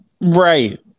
Right